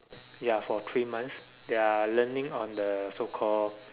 ya for three months they are learning on the so called